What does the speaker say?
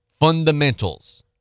Fundamentals